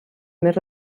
més